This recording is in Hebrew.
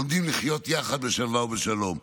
לומדים לחיות יחד בשלווה ובשלום.